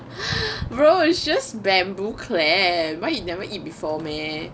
bro it's just bamboo clam why you never eat before meh